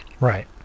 Right